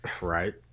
Right